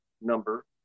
number